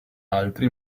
altri